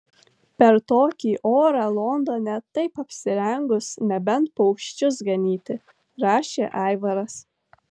per tokį orą londone taip apsirengus nebent paukščius ganyti rašė aivaras